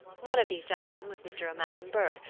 one of these gentlemen was mr. o'madden burke,